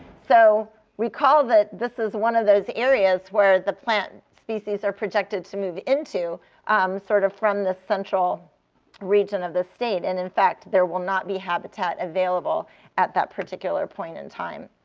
so recall that this is one of those areas where the plant species are projected to move into sort of from the central region of the state. and in fact, there will not be habitat available at that particular point in time.